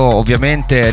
ovviamente